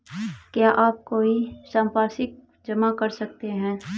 क्या आप कोई संपार्श्विक जमा कर सकते हैं?